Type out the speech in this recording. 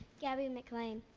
gabby mclane.